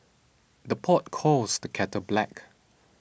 the pot calls the kettle black